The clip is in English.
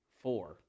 four